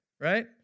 right